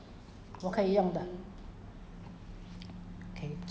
orh okay 可以你不要就给我 lah 不要浪费